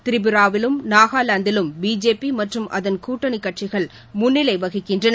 திரிபுராவிலும் நாகாலாந்திலும் பிஜேபி மற்றும் அதன் கூட்டணி கட்சிகள் முன்னிலை வகிக்கின்றன